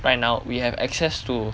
right now we have access to